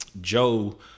Joe